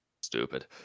stupid